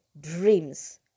dreams